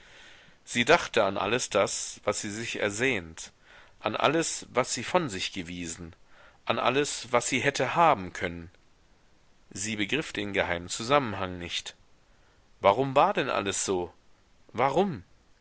sie dachte an alles das was sie sich ersehnt an alles was sie von sich gewiesen an alles was sie hätte haben können sie begriff den geheimen zusammenhang nicht warum war denn alles so warum